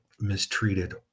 mistreated